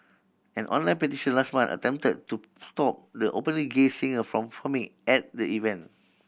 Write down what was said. an online petition last month attempted to stop the openly gay singer from performing at the event